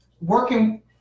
working